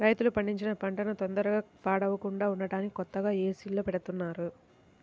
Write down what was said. రైతు పండించిన పంటన తొందరగా పాడవకుండా ఉంటానికి కొత్తగా ఏసీల్లో బెడతన్నారుగా